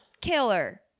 Killer